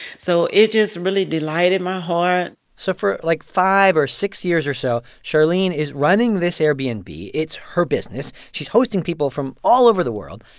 so it just really delighted my heart so for, like, five or six years or so, charlene is running this airbnb. and it's her business. she's hosting people from all over the world.